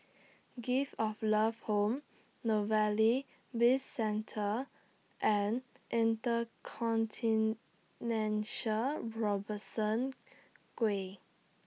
Gift of Love Home Novelty Bizcentre and InterContinental Robertson Quay